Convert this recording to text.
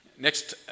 Next